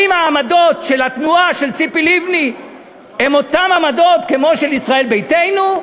האם העמדות של התנועה של ציפי לבני הן אותן עמדות כמו של ישראל ביתנו?